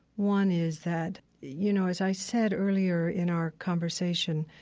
one is that, you know, as i said earlier in our conversation,